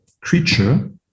creature